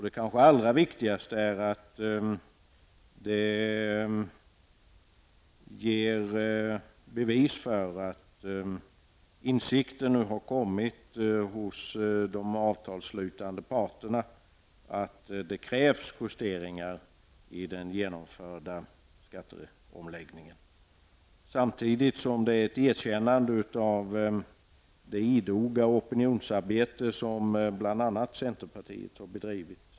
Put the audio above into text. Det kanske allra viktigaste är att det ger bevis för att insikten nu har kommit hos de avtalsslutande parterna att det krävs justeringar i den genomförda skatteomläggningen. Samtidigt är det ett erkännande av det idoga opinionsarbete som bl.a. centerpartiet har bedrivit.